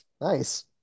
Nice